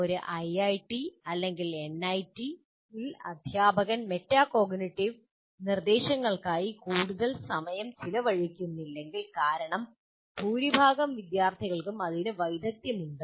ഒരു ഐഐടി എൻഐടിയിൽ അധ്യാപകർ മെറ്റാകോഗ്നിറ്റീവ് നിർദ്ദേശങ്ങൾക്കായി കൂടുതൽ സമയം ചെലവഴിക്കുന്നില്ലെങ്കിൽ കാരണം ഭൂരിഭാഗം വിദ്യാർത്ഥികൾക്കും ഇതിനകം ആ വൈദഗ്ദ്ധ്യം ഉണ്ട്